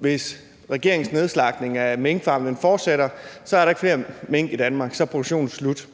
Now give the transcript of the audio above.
hvis regeringens nedslagtning af minkfarmene fortsætter, er der ikke flere mink i Danmark, og så er produktionen slut.